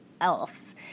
else